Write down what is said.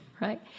right